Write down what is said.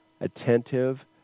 attentive